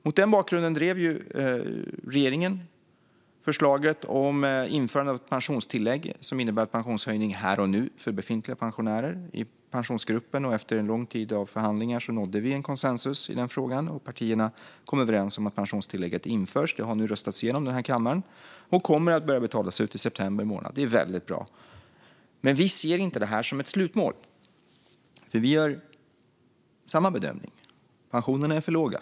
Mot den bakgrunden drev regeringen i Pensionsgruppen förslaget om införande av ett pensionstillägg som innebär en pensionshöjning här och nu för befintliga pensionärer. Efter en lång tid av förhandlingar nådde vi konsensus i Pensionsgruppen i den frågan. Partierna kom överens om att pensionstillägget skulle införas. Det har nu röstats igenom i kammaren och kommer att börja betalas ut i september månad. Det är väldigt bra. Men vi ser inte det här som ett slutmål. Vi gör samma bedömning - pensionerna är för låga.